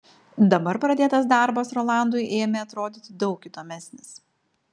dabar pradėtas darbas rolandui ėmė atrodyti daug įdomesnis